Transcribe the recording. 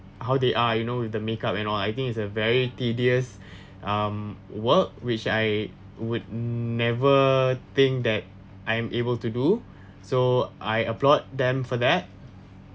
how they are you know with the makeup and all I think it's a very tedious um work which I would never think that I'm able to do so I applaud them for that